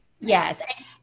Yes